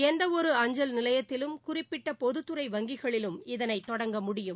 எந்தவொரு அஞ்சல் நிலையத்திலும் குறிப்பிட்ட பொதுத் துறை வங்கிகளிலும் இதனைத் தொடங்க முடியும்